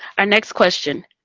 ah next question.